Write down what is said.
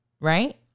right